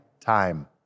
time